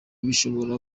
bishobora